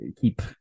keep